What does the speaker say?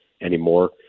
anymore